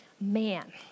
man